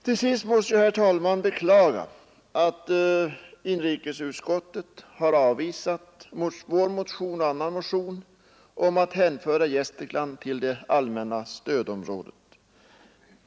Till sist måste jag, herr talman, beklaga att inrikesutskottet har avvisat en annan motion av oss om att hänföra Gästrikland till det allmänna stödområdet.